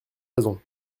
raisons